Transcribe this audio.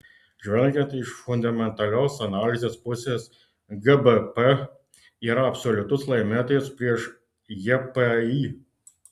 žvelgiant iš fundamentalios analizės pusės gbp yra absoliutus laimėtojas prieš jpy